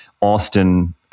Austin